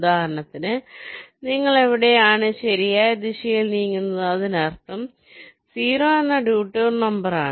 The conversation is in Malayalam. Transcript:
ഉദാഹരണത്തിന് നിങ്ങൾ എവിടെയാണ് ശരിയായ ദിശയിൽ നീങ്ങുന്നത് അതിനർത്ഥം 0 എന്ന ഡിടൂർ നമ്പർ എന്നാണ്